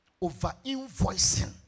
Over-invoicing